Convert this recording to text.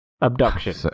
abduction